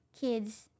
kids